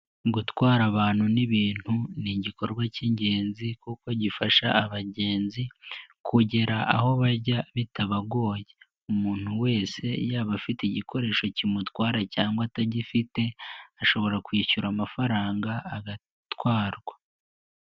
Gutwara abantu n'ibintu ni igikorwa cy'ingenzi kuko gifasha abagenzi kugera aho bajya bitabagoye, umuntu wese yaba afite igikoresho kimutwara cyangwa atagifite, ashobora kwishyura amafaranga agatwarwa.